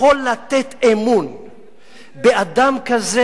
יכול לתת אמון באדם כזה,